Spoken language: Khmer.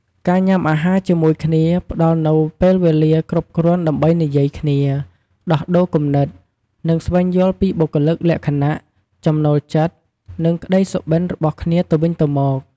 ការញ៉ាំអាហារជាមួយគ្នាផ្ដល់នូវពេលវេលាគ្រប់គ្រាន់ដើម្បីនិយាយគ្នា ដោះដូរគំនិត និងស្វែងយល់ពីបុគ្គលិកលក្ខណៈ ចំណូលចិត្ត និងក្តីសុបិនរបស់គ្នាទៅវិញទៅមក។